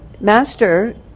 Master